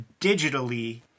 digitally